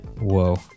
Whoa